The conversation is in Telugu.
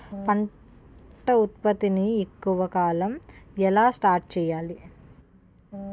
పంట ఉత్పత్తి ని ఎక్కువ కాలం ఎలా స్టోర్ చేయాలి?